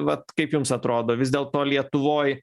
vat kaip jums atrodo vis dėlto lietuvoj